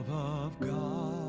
of god